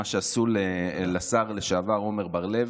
מה שעשו לשר לשעבר עמר בר לב,